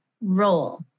Role